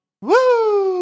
Woo